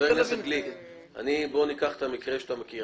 חבר הכנסת גליק, בוא ניקח את המקרה שאתה מכיר.